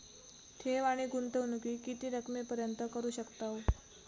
ठेव आणि गुंतवणूकी किती रकमेपर्यंत करू शकतव?